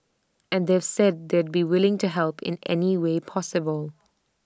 and they've said they'd be willing to help in any way possible